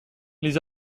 les